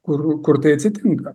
kur kur tai atsitinka